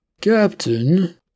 Captain